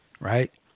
right